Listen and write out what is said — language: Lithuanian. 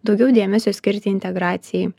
daugiau dėmesio skirti integracijai